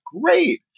Great